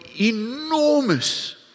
enormous